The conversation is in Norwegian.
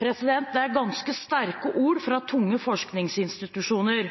Det er ganske sterke ord fra tunge forskningsinstitusjoner.